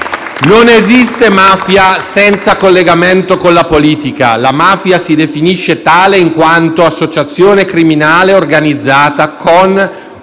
Non esiste mafia senza collegamento con la politica: la mafia si definisce tale in quanto associazione criminale organizzata con